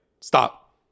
stop